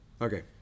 Okay